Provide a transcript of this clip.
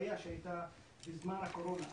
מהחוויה שהייתה בזמן הקורונה.